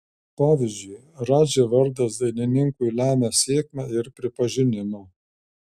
pavyzdžiui radži vardas dainininkui lemia sėkmę ir pripažinimą